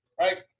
right